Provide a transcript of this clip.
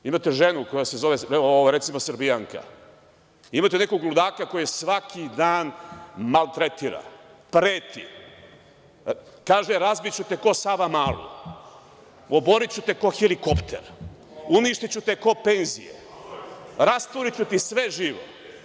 Imate ženu koja se zove, evo, recimo, Srbijanka, imate nekog ludaka koji je svaki dan maltretira, preti, kaže – razbiću te k'o Savamalu, oboriću te k'o helikopter, uništiću te k'o penzije, rasturiću ti sve živo.